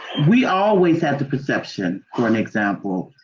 we always have the perception for an example,